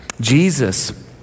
Jesus